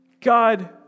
God